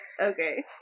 okay